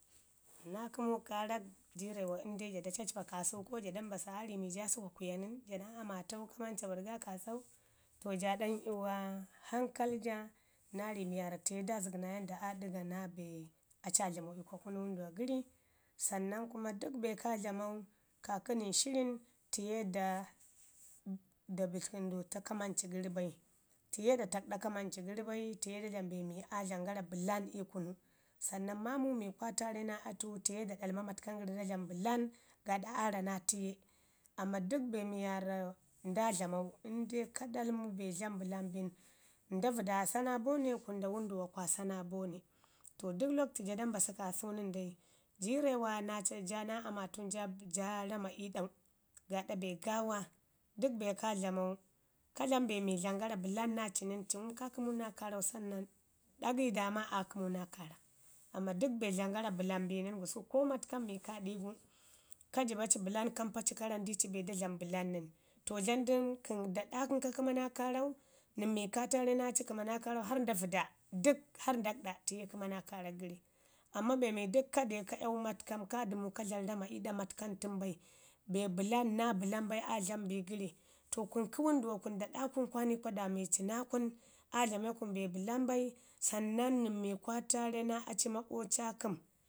Na kəmu karak jiirrewa indai ja da cacpa kaasau ko ja sa mbasu aa ri mi ja sukwakuya nən ja naa amatau kamancawaɗ ga kaasau. To joɗan 'yuwa hankal ja naa mi waarra tiye da zəgi na yauda aa dəga naa be aci aa dlamau kwakuna wənduwa gəri sannan kuma dək be ko dlamau kaakə nən shirin tiye da da bitkəndutau kamanci gəri bai, tiye da takɗa kamanci gəri bai, tiye da dlamu ii kunu, sannan maamu mi kwa tare naa atu tiye da ɗalma matkam gəri da dlami bəlan gaaɗa aa ra naa tiye amman dək minda dlamau inde ka ɗalmi be dlamu bəlan bi nən nda vəda aa sa naa bone kun nda wənduwo kwa sa naa bone. To dək lakwtu jo da mbasu kaasu nən dai, jiirrewa ja naa amatu ja rema ii ɗau gaaɗa be gaawa. dək be ka dlamau ka dlama be mi dlamən gara bəlan naa ci nən, ci ngum ka kəmu naa karau, sannan ɗagai daama aa kəmu naa karak. Amman dək be ni dlamən gara bəlan ki nən, gusku ko matkam mi ka ɗi gu ka jiba bəlan ka ramu di ci be da dlami bəlan nən, to dlamən, kəm da ɗa kəm ka kəna naa kawak, ni mi ka tare naa ci kəma kaaruu hau nda vəda, dək hau ndak ɗa tiye kəma naa kaarak gəri. Amma be mi dək ka de ka yawu matkam ka dəmu ka dlami ii ɗa matkam tən bai be bəlan naa bəlan bai aa dlama bi gəri, bo kun ka wənduwa kun da ɗa kun kwa nikwa dameci naa kun, a a dlame kun be bəlan bai sannau nən mi kwa tare naa aci makwabca kəm